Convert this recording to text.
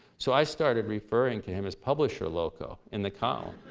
so i started referring to him as publisher loco in the column.